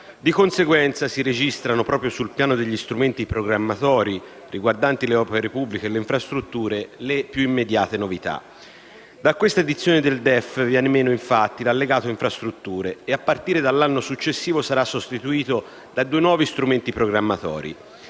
di conseguenza, si registrano, proprio sul piano degli strumenti programmatori riguardanti le opere pubbliche e le infrastrutture, le più immediate novità. Da questa edizione del DEF viene meno, infatti, l'allegato infrastrutture, che, a partire dell'anno successivo, sarà sostituito da due nuovi strumenti programmatori.